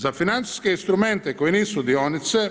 Za financijske instrumente koje nisu dionice,